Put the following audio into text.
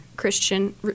Christian